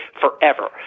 forever